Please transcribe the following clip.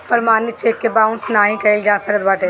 प्रमाणित चेक के बाउंस नाइ कइल जा सकत बाटे